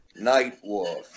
Nightwolf